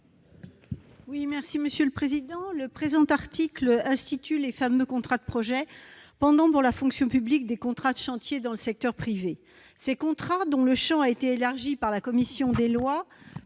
Laurence Cohen, sur l'article. Cet article institue les fameux contrats de projet, pendants pour la fonction publique des contrats de chantier du secteur privé. Ces contrats, dont le champ a été élargi par la commission des lois,